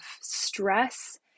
stress